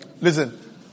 Listen